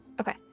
Okay